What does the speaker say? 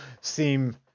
seem